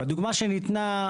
בדוגמא שניתנה,